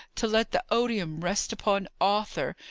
to let the odium rest upon arthur!